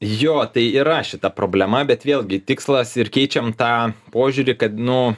jo tai yra šita problema bet vėlgi tikslas ir keičiam tą požiūrį kad nu